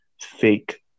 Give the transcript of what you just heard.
fake